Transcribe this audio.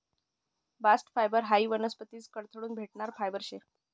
bast fibre हायी वनस्पतीस कडथून भेटणारं फायबर शे